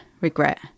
regret